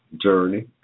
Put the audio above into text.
journey